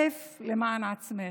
למען עצמך,